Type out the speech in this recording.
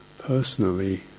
personally